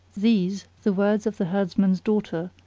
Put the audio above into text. these, the words of the herdsman's daughter,